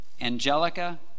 Angelica